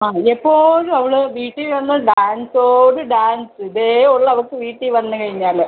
ആ എപ്പോഴും അവൾ വീട്ടിൽ വന്ന് ഡാൻസോട് ഡാൻസ് ഇതേ ഉള്ളൂ അവൾക്ക് വീട്ടിൽ വന്ന് കഴിഞ്ഞാൽ